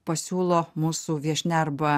pasiūlo mūsų viešnia arba